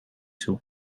toe